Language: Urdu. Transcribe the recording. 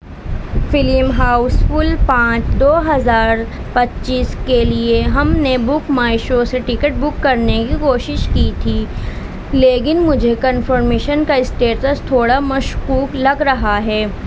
فلم ہاؤس فل پانچ دو ہزار پچیس کے لیے ہم نے بک مائی شو سے ٹکٹ بک کرنے کی کوشش کی تھی لیکن مجھے کنفرمیشن کا اسٹیٹس تھوڑا مشکوک لگ رہا ہے